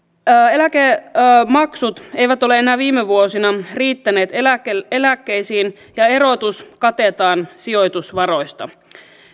eläkemaksut eivät ole enää viime vuosina riittäneet eläkkeisiin eläkkeisiin ja erotus katetaan sijoitusvaroista